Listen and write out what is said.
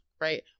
right